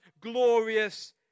glorious